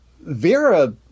Vera